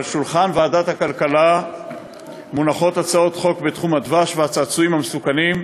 על שולחן ועדת הכלכלה מונחות הצעות חוק בתחום הדבש והצעצועים המסוכנים,